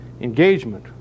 engagement